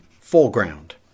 Foreground